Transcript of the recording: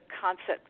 concept